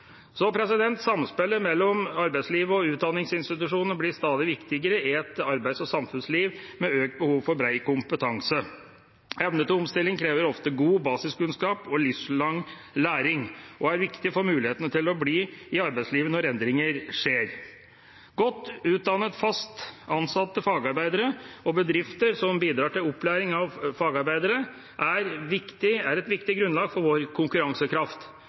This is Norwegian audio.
Samspillet mellom arbeidslivet og utdanningsinstitusjonene blir stadig viktigere i et arbeids- og samfunnsliv med økt behov for bred kompetanse. Evne til omstilling krever ofte gode basiskunnskaper og livslang læring, og er viktig for mulighetene til å bli i arbeidslivet når endringer skjer. Godt utdannede fast ansatte fagarbeidere og bedrifter som bidrar til opplæring av fagarbeidere, er et viktig grunnlag for vår konkurransekraft.